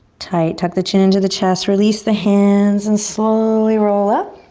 tight, tuck the chin to the chest. release the hands and slowly roll up.